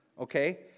okay